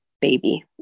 baby